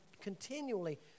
continually